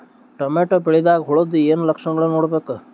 Tomato ಬೆಳಿದಾಗ್ ಹುಳದ ಏನ್ ಲಕ್ಷಣಗಳು ನೋಡ್ಬೇಕು?